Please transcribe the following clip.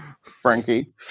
Frankie